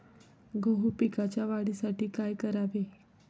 गहू पिकाच्या वाढीसाठी काय करावे?